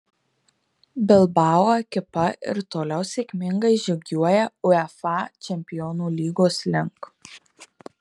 bilbao ekipa ir toliau sėkmingai žygiuoja uefa čempionų lygos link